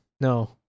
no